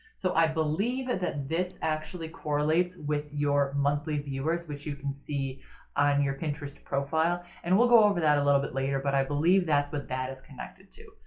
so i believe that this actually correlates with your monthly viewers, which you can see on your pinterest profile. and we'll go over that a little bit later but i believe that's what that is connected to.